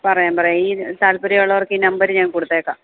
പറയാം പറയാം ഈ താത്പര്യം ഉള്ളവർക്ക് നമ്പര് ഞാൻ കൊടുത്തേക്കാം